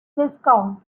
viscount